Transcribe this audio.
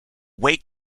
wake